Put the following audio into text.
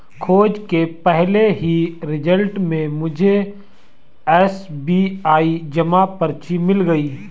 खोज के पहले ही रिजल्ट में मुझे एस.बी.आई जमा पर्ची मिल गई